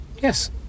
yes